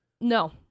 No